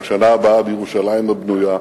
"לשנה הבאה בירושלים הבנויה".